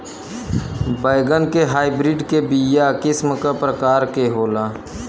बैगन के हाइब्रिड के बीया किस्म क प्रकार के होला?